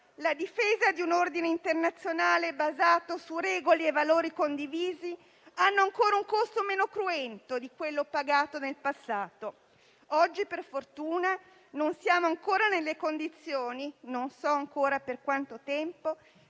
la difesa di un ordine internazionale basato su regole e valori condivisi hanno ancora un costo meno cruento di quello pagato nel passato. Oggi, per fortuna, non siamo ancora nelle condizioni - non so ancora per quanto tempo